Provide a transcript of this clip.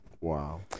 Wow